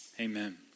Amen